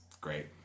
great